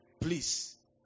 please